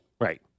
right